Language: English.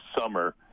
summer